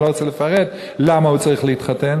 אני לא רוצה לפרט למה הוא צריך להתחתן,